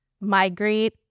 migrate